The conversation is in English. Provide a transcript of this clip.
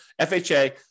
FHA